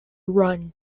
run